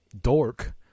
dork